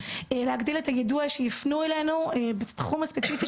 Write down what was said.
להגדיל את היידוע שיפנו אלינו בתחום הספציפי